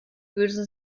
böse